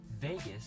Vegas